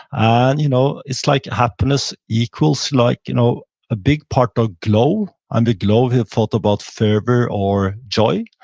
and you know it's like happiness equals like you know a big part of glow and the glow that you've thought about fervor or joy,